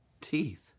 teeth